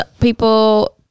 people